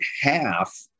half